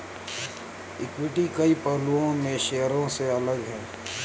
equity कई पहलुओं में शेयरों से अलग है